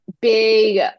big